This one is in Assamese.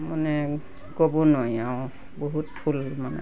মানে ক'ব নোৱাৰি আৰু বহুত ফুল মানে